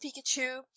Pikachu